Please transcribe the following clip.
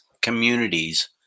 communities